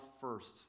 first